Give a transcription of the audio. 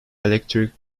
electric